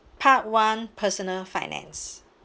part one personal finance